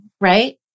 Right